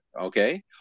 okay